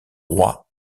roi